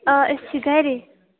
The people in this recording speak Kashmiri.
آ أسۍ چھِ گَرے